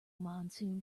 monsoon